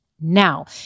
now